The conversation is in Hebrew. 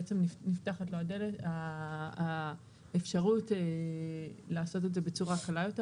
בעצם נפתחת לו האפשרות לעשות את זה בצורה קלה יותר.